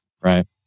right